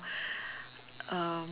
um